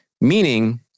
Meaning